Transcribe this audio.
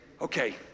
okay